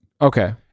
Okay